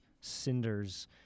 cinders